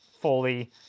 fully